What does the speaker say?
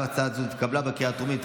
הצעת חוק הקמת בית חולים ביישוב ערבי (תיקוני חקיקה),